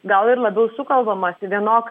gal ir labiau sukalbamas vienok